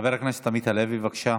חבר הכנסת עמית הלוי, בבקשה.